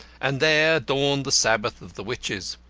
and there dawned the sabbath of the witches.